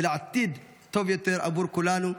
ולעתיד טוב יותר עבור כולנו.